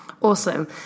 awesome